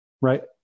Right